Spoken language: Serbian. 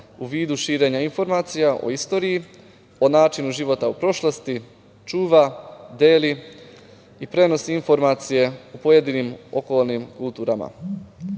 u vidu širenja informacija o istoriji, o načinu života u prošlosti, čuva, deli i prenosi informacije o pojedinim okolnim kulturama.